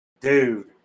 dude